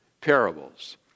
parables